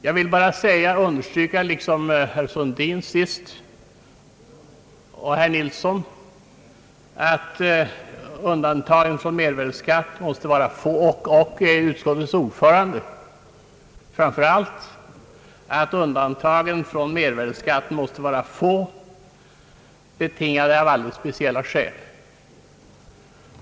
Jag vill bara, liksom herr Sundin och herr Yngve Nilsson och framför allt utskottets ordförande, understryka att undantagen från mervärdeskatt måste vara få och betingade av alldeles speciella skäl.